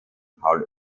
paul